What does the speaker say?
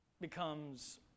becomes